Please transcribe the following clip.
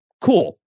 Cool